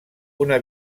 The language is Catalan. una